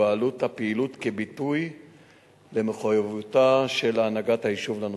ובעלות הפעילות כביטוי למחויבותה של הנהגת היישוב לנושא.